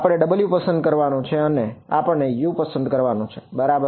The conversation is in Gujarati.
આપણે w પસંદ કરવાનું છે અને આપણે u પસંદ કરવાનું છે બરાબર